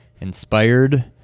inspired